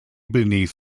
beneath